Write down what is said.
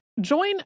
Join